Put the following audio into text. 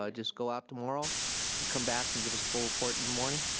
ah just go out tomorrow, and come back and give us a full report and morning.